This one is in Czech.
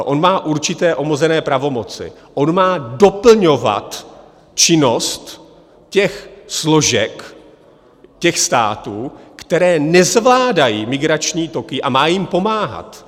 On má určité omezené pravomoci, on má doplňovat činnost složek těch států, které nezvládají migrační toky, a má jim pomáhat.